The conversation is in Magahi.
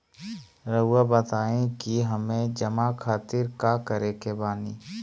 रहुआ बताइं कि हमें जमा खातिर का करे के बानी?